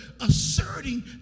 asserting